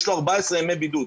יש לו 14 ימי בידוד.